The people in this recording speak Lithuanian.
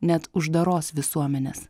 net uždaros visuomenės